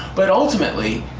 but ultimately,